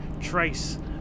trace